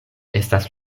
estas